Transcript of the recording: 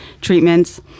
treatments